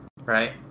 right